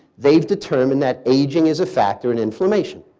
they've determined that aging is a factor in inflammation.